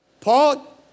Paul